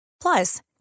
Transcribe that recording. Plus